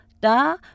da